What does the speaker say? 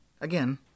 again